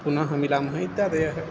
पुनः मिलामः इत्यादयः